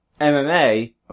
MMA